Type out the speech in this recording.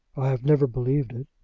i have never believed it.